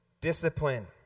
discipline